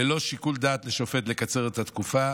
ללא שיקול דעת לשופט לקצר את התקופה,